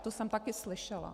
To jsem také slyšela.